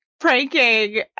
pranking